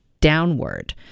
downward